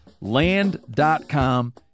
Land.com